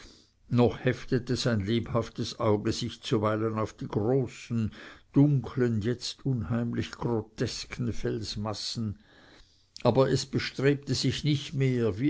noch heftete sein lebhaftes auge sich zuweilen auf die großen dunkeln jetzt unheimlich grotesken felsmassen aber es bestrebte sich nicht mehr